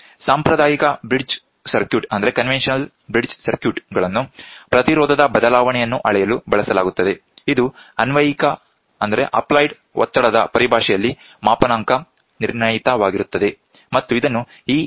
ಸಾಂಪ್ರದಾಯಿಕ bridge circuit ಗಳನ್ನು ಪ್ರತಿರೋಧದ ಬದಲಾವಣೆಯನ್ನು ಅಳೆಯಲು ಬಳಸಲಾಗುತ್ತದೆ ಇದು ಅನ್ವಯಿಕ ಒತ್ತಡದ ಪರಿಭಾಷೆಯಲ್ಲಿ ಮಾಪನಾಂಕ ನಿರ್ಣಯಿತವಾಗಿರುತ್ತದೆ ಮತ್ತು ಇದನ್ನು ಈ ಸಮೀಕರಣದಿಂದ ನೀಡಲಾಗುತ್ತದೆ